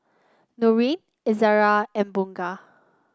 Nurin Izzara and Bunga